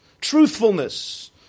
Truthfulness